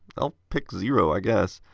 i'll pick zero, i guess.